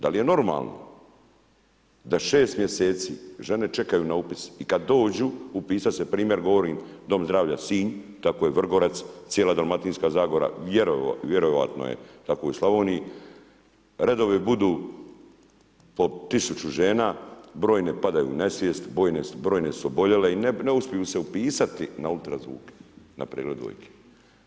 Da li je normalno da šest mjeseci žene čekaju na upis i kada dođu upisat se, primjer govorim Dom zdravlja Sinj, tako je Vrgorac, cijela Dalmatinska zagora vjerojatno je tako i u Slavoniji, redovi budu po tisuću žena, brojne padaju u nesvijest, brojne su oboljele i ne uspiju se upisati na ultrazvuk na pregled dojke.